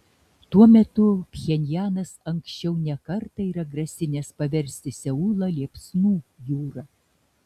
tuo metu pchenjanas anksčiau ne kartą yra grasinęs paversti seulą liepsnų jūra